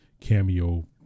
cameo